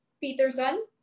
Peterson